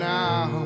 now